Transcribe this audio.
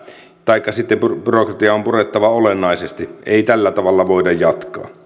taikka sitten byrokratiaa on purettava olennaisesti ei tällä tavalla voida jatkaa